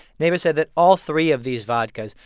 neva said that all three of these vodkas,